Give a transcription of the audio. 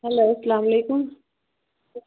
hello اسلام علیکُم